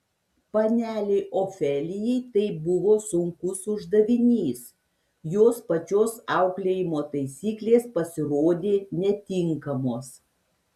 panelei ofelijai tai buvo sunkus uždavinys jos pačios auklėjimo taisyklės pasirodė netinkamos